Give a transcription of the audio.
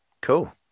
cool